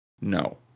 No